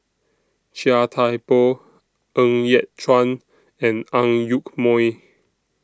Chia Thye Poh Ng Yat Chuan and Ang Yoke Mooi